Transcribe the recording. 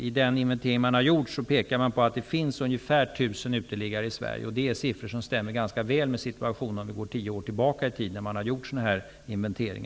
I den inventering som har gjorts pekar man på att det finns ungefär tusen uteliggare i Sverige. Det är siffror som stämmer ganska väl med den situation vi hade för tio år sedan, då man gjorde en sådan här inventering.